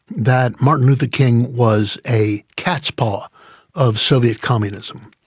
that martin luther king was a cat's paw of soviet communism.